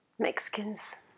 Mexicans